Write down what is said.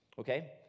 Okay